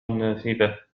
النافذة